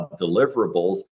deliverables